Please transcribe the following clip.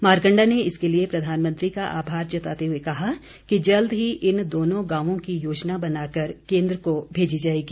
मारकंडा ने इसके लिए प्रधानमंत्री का आभार जताते हुए कहा कि जल्द ही इन दोनों गांवों की योजना बनाकर केन्द्र को भेजी जाएगी